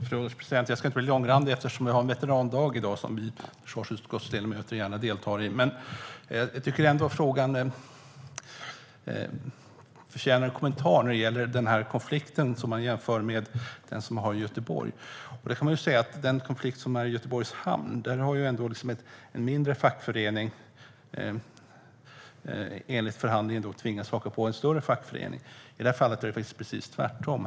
Fru ålderspresident! Jag ska inte bli långrandig, eftersom det är veterandagen i dag och jag som en av försvarsutskottets ledamöter gärna vill delta. Jag tycker ändå att svaret förtjänar en kommentar. Det gäller konflikten som jämförs med den i Göteborg. I konflikten som pågår i Göteborgs hamn har emellertid en mindre fackförening enligt förhandlingen tvingats haka på en större fackförening. I det här fallet är det precis tvärtom.